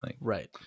Right